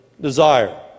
desire